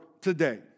today